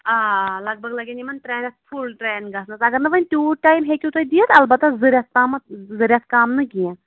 آ لگ بھگ لَگان یمن ترٛےٚ ریٚتھ فُل ٹرین گژھنَس اَگر نہٕ وۅنۍ تیٛوٗت ٹایم ہیٚکِو تُہۍ دِتھ اَلبتہٕ زٕ ریٚتھ تام زٕ ریتھ کَم نہٕ کیٚنٛہہ